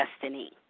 destiny